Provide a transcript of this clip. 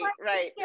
right